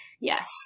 Yes